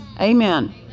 Amen